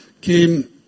came